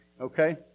Okay